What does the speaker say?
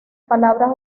palabras